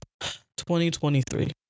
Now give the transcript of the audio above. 2023